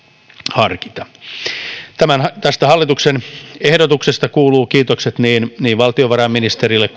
harkita tästä hallituksen ehdotuksesta kuuluvat kiitokset niin niin valtiovarainministerille